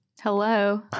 Hello